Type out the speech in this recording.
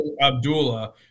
Abdullah